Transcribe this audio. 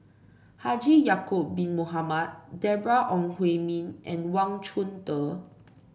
Haji Ya'acob Bin Mohamed Deborah Ong Hui Min and Wang Chunde